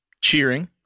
cheering